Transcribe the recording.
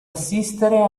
assistere